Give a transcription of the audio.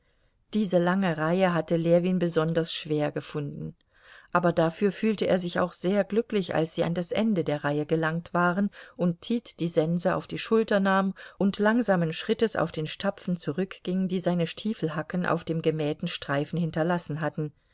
diese lange reihe hatte ljewin besonders schwer gefunden aber dafür fühlte er sich auch sehr glücklich als sie an das ende der reihe gelangt waren und tit die sense auf die schulter nahm und langsamen schrittes auf den stapfen zurückging die seine stiefelhacken auf dem gemähten streifen hinterlassen hatten